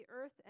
earth